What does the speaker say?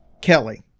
Kelly